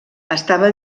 estava